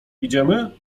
idziemy